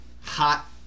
hot